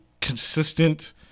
consistent